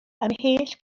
ymhell